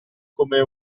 come